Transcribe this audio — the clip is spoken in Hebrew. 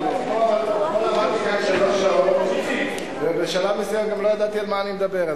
אתמול עמדתי כאן שלוש שעות ובשלב מסוים גם לא ידעתי על מה אני מדבר,